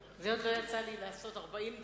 עוד לא יצא לי לעשות, 40 דקות.